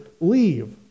leave